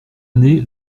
année